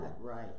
Right